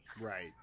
Right